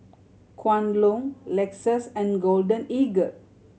Kwan Loong Lexus and Golden Eagle